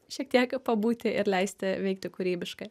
šiek tiek pabūti ir leisti veikti kūrybiškai